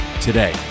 today